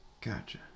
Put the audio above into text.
Gotcha